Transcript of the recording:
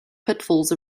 pitfalls